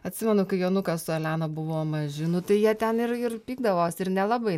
atsimenu kai jonukas su elena buvo maži nu tai jie ten ir ir pykdavosi ir nelabai